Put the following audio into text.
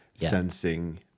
sensing